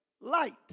light